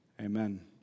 amen